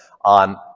on